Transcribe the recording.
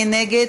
מי נגד?